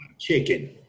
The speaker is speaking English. chicken